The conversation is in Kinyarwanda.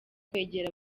kwegera